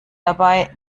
dabei